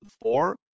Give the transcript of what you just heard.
four